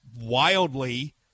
wildly